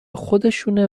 خودشونه